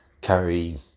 carry